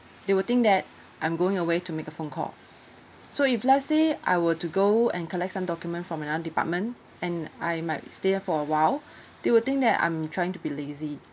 they will think that I'm going away to make a phone call so if let's say I were to go and collect some document from another department and I might stay out for awhile they will think that I'm trying to be lazy